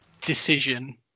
decision